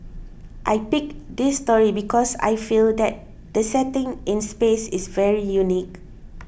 I picked this story because I feel that the setting in space is very unique